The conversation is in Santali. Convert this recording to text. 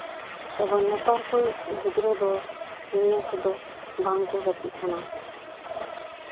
ᱛᱚᱵᱮ ᱱᱮᱛᱟᱨ ᱠᱚ ᱜᱤᱫᱽᱨᱟᱹ ᱫᱚ ᱱᱤᱭᱟᱹ ᱠᱚᱫᱚ ᱵᱟᱝ ᱠᱚ ᱜᱟᱛᱮᱜ ᱠᱟᱱᱟ